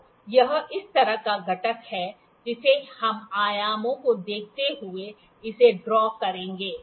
तो यह इस तरह का घटक है जिसे हम आयामों को देखते हुए इसे ड्रा करेंगे